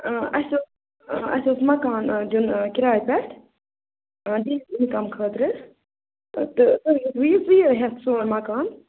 اَسہِ اَسہِ اوس مَکان دیُن کِرایہِ پٮ۪ٹھ اِنکَم خٲطرٕ تہٕ تُہۍ ؤلِو ژٕے ہیٚے سون مَکانہٕ